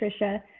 Tricia